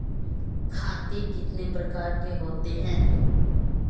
खाते कितने प्रकार के होते हैं?